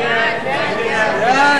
ההסתייגות של קבוצת סיעת חד"ש, קבוצת סיעת